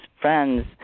friends